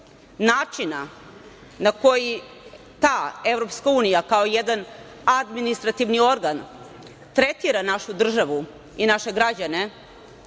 načina na koji ta EU kao jedan administrativni organ tretira našu državu i naše građane,